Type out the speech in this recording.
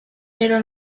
pero